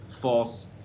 false